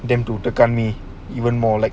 them to de gun me even more like